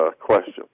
question